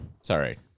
sorry